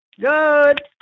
Good